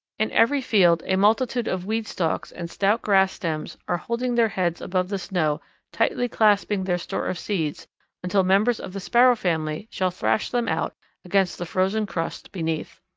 in every field a multitude of weed stalks and stout grass stems are holding their heads above the snow tightly clasping their store of seeds until members of the sparrow family shall thrash them out against the frozen crust beneath.